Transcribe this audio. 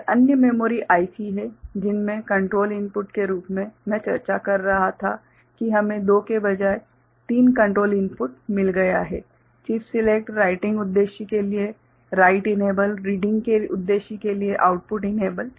और अन्य memory IC हैं जिनमें कंट्रोल इनपुट के रूप में मैं चर्चा कर रहा था कि हमें 2 के बजाय 3 कंट्रोल इनपुट मिल गया है चिप सिलेक्ट राइटिंग उद्देश्य के लिए राइट इनेबल रीडिंग के उद्देश्य के लिए आउटपुट इनेबल